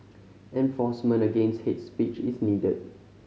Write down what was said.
enforcement against hate speech is needed